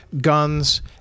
guns